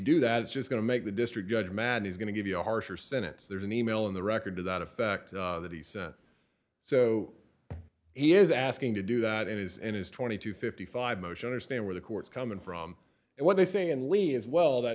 do that it's just going to make the district judge mad he's going to give you a harsher sentence there's an e mail in the record to that effect that he sent so he is asking to do that and is in his twenty to fifty five motion understand where the courts come in from and what they say and we as well that